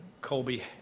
Colby